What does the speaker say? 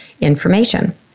information